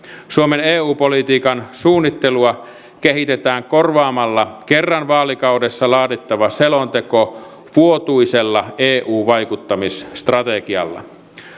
suomen eu politiikan suunnittelua kehitetään korvaamalla kerran vaalikaudessa laadittava selonteko vuotuisella eu vaikuttamisstrategialla